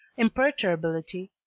imperturbability,